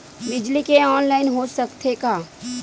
बिजली के ऑनलाइन हो सकथे का?